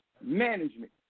management